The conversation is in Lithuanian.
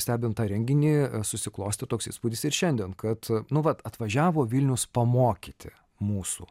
stebint tą renginį susiklostė toks įspūdis ir šiandien kad nu vat atvažiavo vilnius pamokyti mūsų